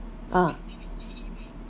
ah